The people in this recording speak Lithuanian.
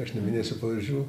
aš neminėsiu pavardžių